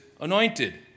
anointed